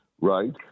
right